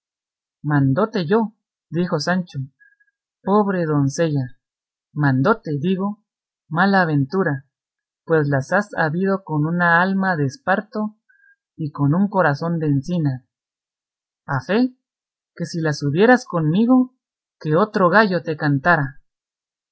mándote yo dijo sancho pobre doncella mándote digo mala ventura pues las has habido con una alma de esparto y con un corazón de encina a fee que si las hubieras conmigo que otro gallo te cantara